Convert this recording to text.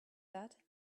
that